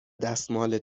دستمال